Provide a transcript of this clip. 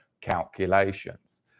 calculations